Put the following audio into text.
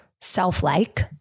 self-like